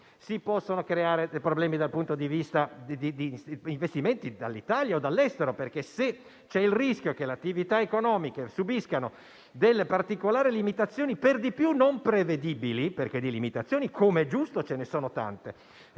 si possono creare problemi dal punto di vista degli investimenti dall'Italia o dall'estero. Se infatti c'è il rischio che le attività economiche subiscano delle particolari limitazioni, per di più non prevedibili dal momento che di limitazioni - come è giusto che sia - ce ne sono tante